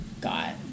got